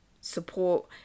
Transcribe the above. support